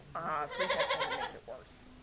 free text only makes it worse.